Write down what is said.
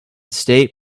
state